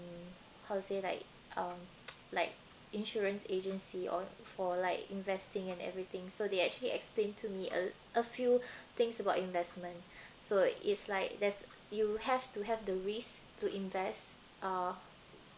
how to say like um like insurance agency on for like investing and everything so they actually explain to me a a few things about investment so it's like there's you have to have the risk to invest uh